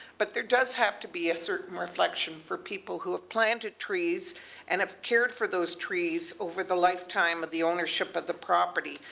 but there does have to be a certain reflection for people who have planted trees and have cared for those trees over the lifetime of the ownership of the property.